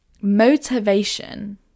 motivation